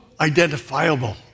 identifiable